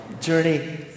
journey